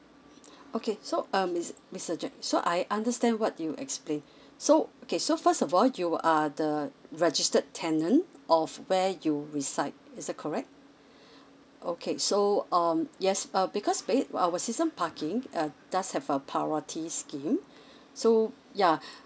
okay so um mis~ mister jack so I understand what you explain so okay so first of all you are the registered tenant of where you reside is that correct okay so um yes uh because based our season parking uh does have a priority scheme so yeuh